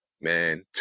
Man